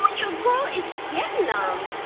your girl is getting ah um